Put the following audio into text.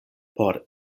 por